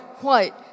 white